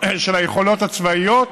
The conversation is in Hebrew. של היכולות הצבאיות